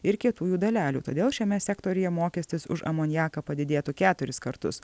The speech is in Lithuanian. ir kietųjų dalelių todėl šiame sektoriuje mokestis už amoniaką padidėtų keturis kartus